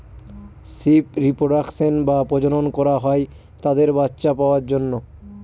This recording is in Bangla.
শিপ রিপ্রোডাক্সন বা প্রজনন করা হয় তাদের বাচ্চা পাওয়ার জন্য